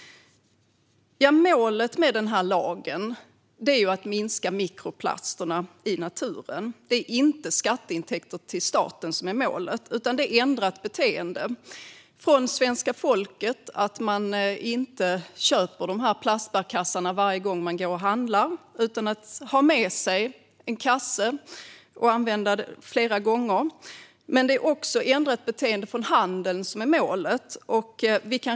Målet med lagen är att minska mikroplasterna i naturen. Det är inte skatteintäkter till staten som är målet utan ett ändrat beteende från svenska folket: att man inte köper de här plastbärkassarna varje gång man går och handlar utan har med sig en kasse som man använder flera gånger. Men målet är också ett ändrat beteende från handeln.